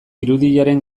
irudiaren